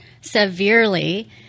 severely